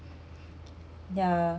ya